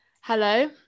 Hello